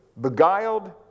beguiled